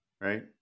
right